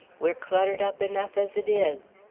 we're cluttered up enough, as it is.